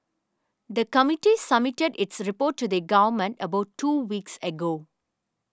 the committee submitted its report to the Government about two weeks ago